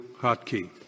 Hotkey